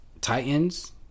Titans